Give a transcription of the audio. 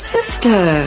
Sister